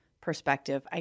perspective